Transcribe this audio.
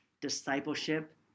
discipleship